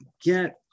get